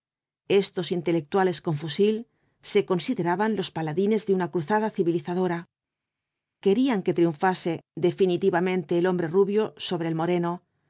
estos intelectuales con fusil se consideraban los paladines de una cruzada civilizadora querían que triunfase definitivamente el hombre rubio sobre el moreno